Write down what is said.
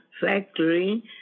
factory